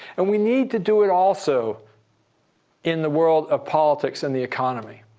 and we need to do it also in the world of politics and the economy.